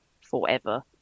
forever